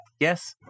Yes